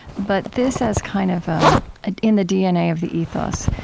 but this has kind of a in the dna of the ethos,